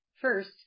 First